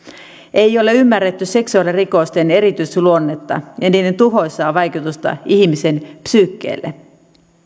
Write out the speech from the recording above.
ei ole ymmärretty seksuaalirikosten erityisluonnetta ja niiden tuhoisaa vaikutusta ihmisen psyykelle